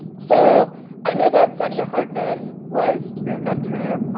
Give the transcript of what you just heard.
so i know that saidiya hartman was your mentor,